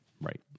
Right